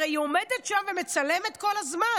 הרי היא עומדת שם ומצלמת שם כל הזמן.